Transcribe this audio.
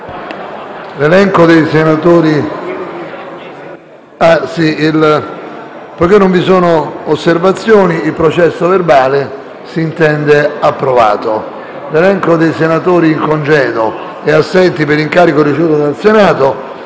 L'elenco dei senatori in congedo e assenti per incarico ricevuto dal Senato,